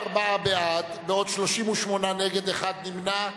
24 בעד, 38 נגד, נמנע אחד.